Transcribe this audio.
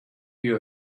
you